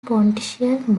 pontifical